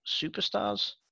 superstars